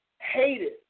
hated